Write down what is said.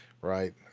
right